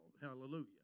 Hallelujah